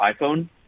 iPhone